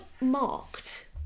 marked